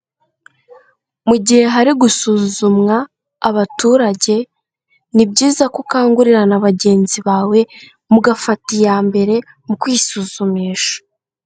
Mu gihe hari gusuzumwa abaturage, ni byiza ko ukangurira na bagenzi bawe mugafata iya mbere mu kwisuzumisha.